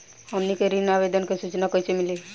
हमनी के ऋण आवेदन के सूचना कैसे मिली?